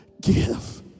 give